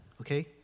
Okay